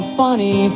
funny